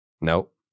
Nope